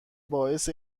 باعث